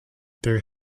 their